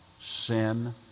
sin